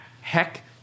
Heck